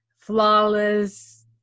flawless